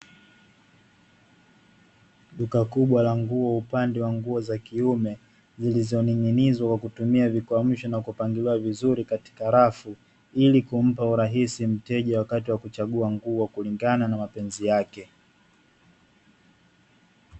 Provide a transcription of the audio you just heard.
Duka kubwa la nguo upande wa nguo za kiume, zilizoning'inizwa kwa kutumia vikwamishi na kupangiliwa vizuri katika rafu, ili kumpa urahisi mteja wakati wa kuchagua nguo kulingana na mapenzi yake.